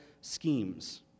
schemes